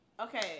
okay